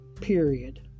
period